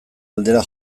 aldera